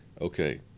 okay